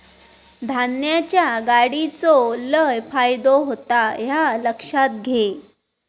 धान्याच्या गाडीचो लय फायदो होता ह्या लक्षात घे